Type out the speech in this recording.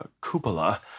cupola